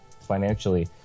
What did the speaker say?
financially